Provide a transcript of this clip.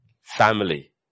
family